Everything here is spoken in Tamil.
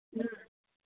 ம்